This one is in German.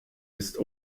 ist